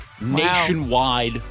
nationwide